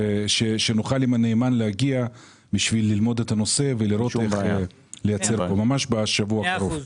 שנוכל עם הנאמן להגיע בשביל ללמוד את הנושא ממש בשבוע הקרוב.